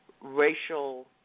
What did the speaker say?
racial